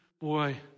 boy